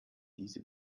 diese